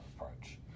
approach